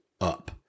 up